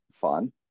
fun